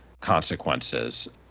consequences